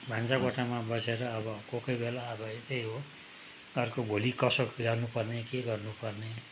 भान्साकोठामा बसेर अब कोही कोही बेला अब त्यही हो अर्को भोलि कसो गर्नुपर्ने के गर्नुपर्ने